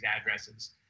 addresses